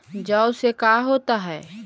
जौ से का होता है?